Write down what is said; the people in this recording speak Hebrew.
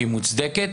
והיא מוצדקת.